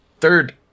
third